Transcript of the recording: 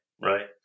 right